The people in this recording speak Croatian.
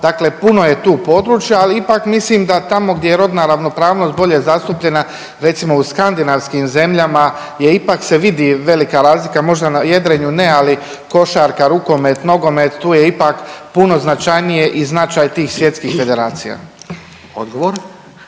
Dakle, puno je tu područja ali ipak mislim da tamo gdje je rodna ravnopravnost bolje zastupljena recimo u skandinavskim zemljama je ipak se vidi velika razlika. Možda na jedrenju ne, ali košarka, rukomet, nogomet tu je ipak puno značajnije i značaj tih svjetskih federacija. **Radin,